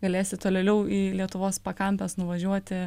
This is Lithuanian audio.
galėsi tolėliau į lietuvos pakampes nuvažiuoti